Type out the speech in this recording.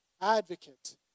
advocate